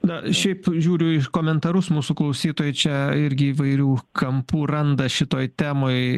na šiaip žiūriu į komentarus mūsų klausytoja čia irgi įvairių kampų randa šitoj temoj